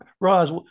Roz